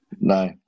no